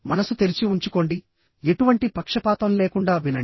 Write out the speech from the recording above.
మనసు తెరిచి ఉంచుకోండి ఎటువంటి పక్షపాతం లేకుండా వినండి